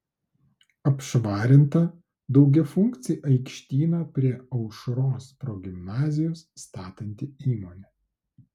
apšvarinta daugiafunkcį aikštyną prie aušros progimnazijos statanti įmonė